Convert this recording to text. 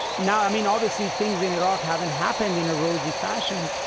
now, i mean, obviously things in iraq haven't happened in a rosy fashion.